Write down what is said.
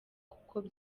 kuko